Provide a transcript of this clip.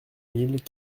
mille